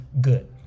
Good